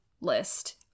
list